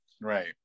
right